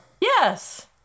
Yes